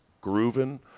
grooving